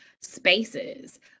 spaces